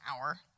hour